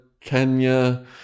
Kenya